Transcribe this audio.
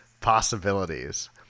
possibilities